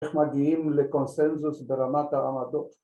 ‫אנחנו מגיעים לקונסנזוס ‫ברמת העמדות.